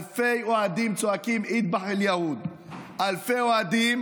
אלפי אוהדים צועקים "אטבח אל-יהוד"; אלפי אוהדים